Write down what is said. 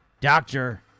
Doctor